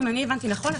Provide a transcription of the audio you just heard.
אם אני הבנתי נכון,